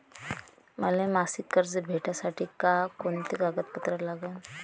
मले मासिक कर्ज भेटासाठी का कुंते कागदपत्र लागन?